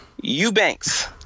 Eubanks